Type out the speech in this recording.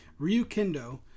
Ryukendo